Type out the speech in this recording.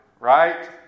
Right